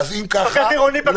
פקח עירוני בהחלט יכול.